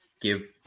Give